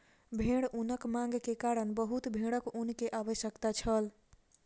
भेड़ ऊनक मांग के कारण बहुत भेड़क ऊन के आवश्यकता छल